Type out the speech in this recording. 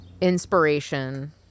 inspiration